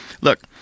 look